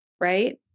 Right